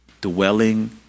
dwelling